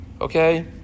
okay